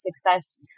success